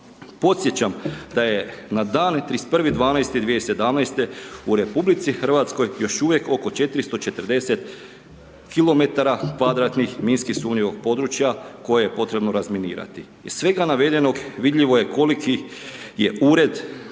Podsjećam da je na dan 31. 12. 2017. u RH još uvijek oko 440 km2 minski sumnjivog područja koje je potrebno razminirati. Iz svega navedenog, vidljivo je koliko je Ured